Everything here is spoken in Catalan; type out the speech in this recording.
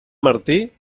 martí